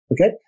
Okay